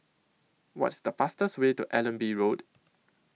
What IS The fastest Way to Allenby Road